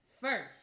first